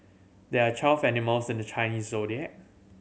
there are twelve animals in the Chinese Zodiac